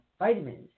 vitamins